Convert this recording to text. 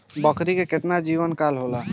बकरी के केतना जीवन काल होला?